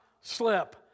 slip